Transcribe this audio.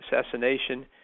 assassination